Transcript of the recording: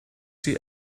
see